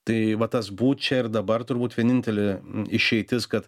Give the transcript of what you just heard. tai va tas būt čia ir dabar turbūt vienintelė išeitis kad